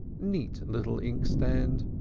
neat little inkstand!